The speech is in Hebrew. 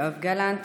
יואב גלנט,